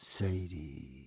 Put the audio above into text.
Sadie